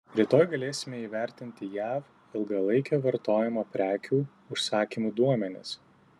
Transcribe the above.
rytoj galėsime įvertinti jav ilgalaikio vartojimo prekių užsakymų duomenis